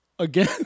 Again